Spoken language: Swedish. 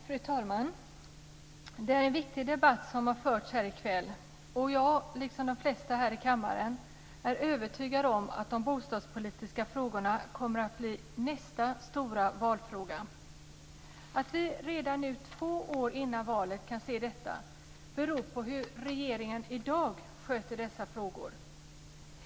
Fru talman! Det är en viktig debatt som har förts här i kväll. Jag, liksom flera här i kammaren, är övertygad om att de bostadspolitiska frågorna kommer att bli nästa stora valfråga. Att vi redan nu två år innan valet kan se detta beror på hur regeringen i dag sköter dessa frågor.